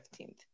15th